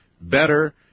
better